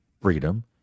freedom